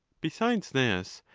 besides this,